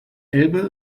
elbe